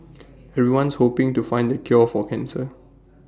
everyone's hoping to find the cure for cancer